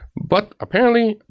but, apparently,